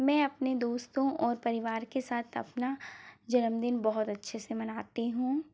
मैं अपने दोस्तों और परिवार के साथ अपना जन्मदिन बहुत अच्छे से मनाती हूँ